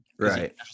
right